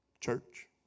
church